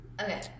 okay